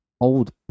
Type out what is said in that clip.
old